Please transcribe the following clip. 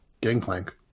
gangplank